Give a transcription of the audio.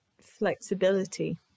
flexibility